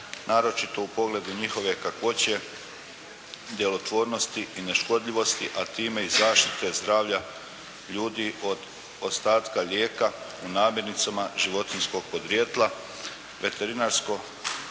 naročito u pogledu njihove kakvoće, djelotvornosti i neškodljivosti, a time i zaštite zdravlja ljudi od ostatka lijeka u namirnicama životinjskog podrijetla veterinarsko-medicinskih